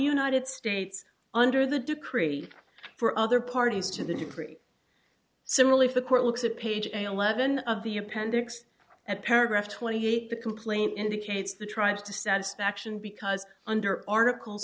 united states under the decree for other parties to the degree similarly for the court looks at page eleven of the appendix at paragraph twenty eight the complaint indicates the tried to satisfaction because under article